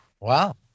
wow